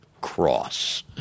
cross